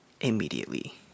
immediately